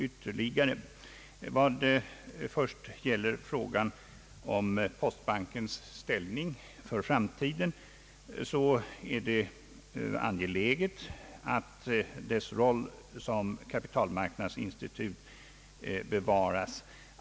Vad först gäller frågan om postbankens ställning för framtiden är det angeläget att dess roll som kapitalmarknadsinstitut bevaras.